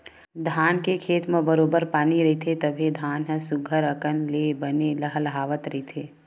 धान के खेत म बरोबर पानी रहिथे तभे धान ह सुग्घर अकन ले बने लहलाहवत रहिथे